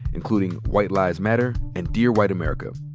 including white lies matter and dear white america.